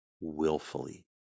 willfully